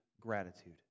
gratitude